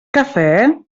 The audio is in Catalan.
cafè